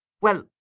Well